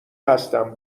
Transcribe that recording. هستم